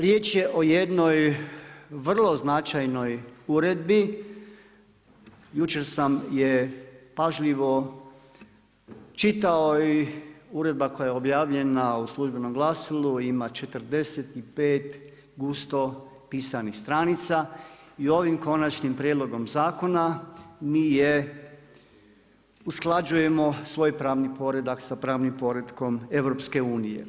Riječ je o jednoj vrlo značajnoj Uredbi, jučer sam je pažljivo čitao i uredba koja je objavljena u službenom glasilu ima 45 gusto pisanih stranica i ovim konačnim prijedlogom zakona mi usklađujemo svoj pravni poredak sa pravnim poretkom EU.